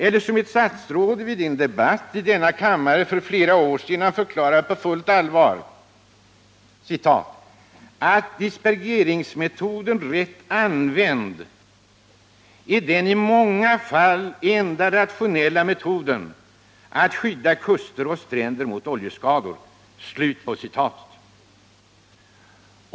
Eller som när ett statsråd i en debatt i denna kammaren för flera år sedan på fullt allvar förklarade ”att dispergeringsmetoden, rätt använd, är den i många fall enda rationella metoden att skydda kuster och stränder mot oljeskador”.